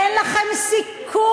אין לכם סיכוי.